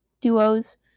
Duos